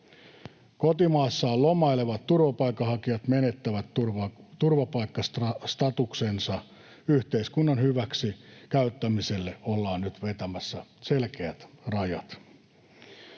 Kotimaassaan lomailevat turvapaikanhakijat menettävät turvapaikkastatuksensa. Yhteiskunnan hyväksikäyttämiselle ollaan nyt vetämässä selkeät rajat.